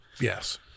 yes